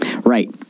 Right